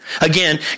Again